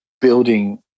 building